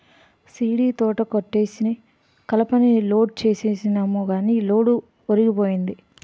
సీడీతోట కొట్టేసి కలపని లోడ్ సేసినాము గాని లోడు ఒరిగిపోయింది